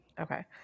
Okay